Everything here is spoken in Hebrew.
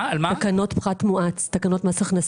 תקנות מס הכנסה.